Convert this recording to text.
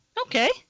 Okay